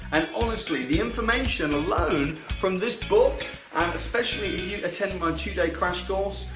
and honestly, the information alone from this book and especially if you attend my two-day crash course.